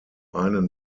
einen